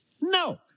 no